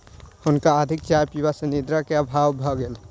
हुनका अधिक चाय पीबा सॅ निद्रा के अभाव भ गेल